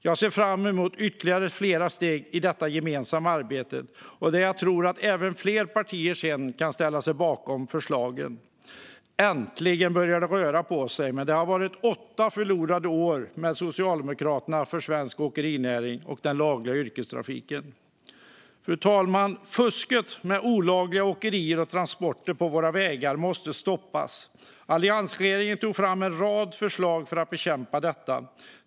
Jag ser fram emot ytterligare flera steg i detta gemensamma arbete, och jag tror att fler partier kan ställa sig bakom dessa förslag. Äntligen börjar det röra på sig, men det har varit åtta förlorade år med Socialdemokraterna för svensk åkerinäring och den lagliga yrkestrafiken. Fru talman! Fusket med olagliga åkerier och transporter på våra vägar måste stoppas. Alliansregeringen tog fram en rad förslag för att bekämpa detta.